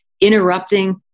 interrupting